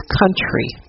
country